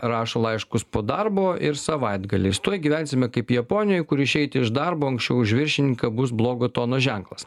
rašo laiškus po darbo ir savaitgaliais tuoj gyvensime kaip japonijoj kur išeiti iš darbo anksčiau už viršininką bus blogo tono ženklas